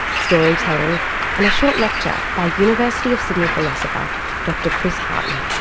storytelling and a short lecture by university of sydney philosopher dr chris hartney.